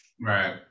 Right